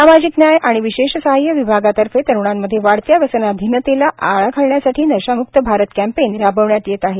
सामाजिक न्याय व विशेष सहाय्य विभागातर्फे तरुणांमध्ये वाढत्या व्यसनाधिनतेला आळा घालण्यासाठी नशाम्क्त भारत कॅम्पेन राबविण्यात येत आहे